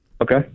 Okay